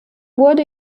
wurde